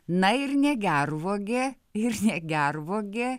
na ir ne gervuogė ir ne gervuogė